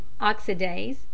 oxidase